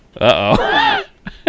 Uh-oh